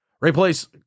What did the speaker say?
replace